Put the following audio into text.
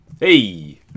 Hey